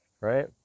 right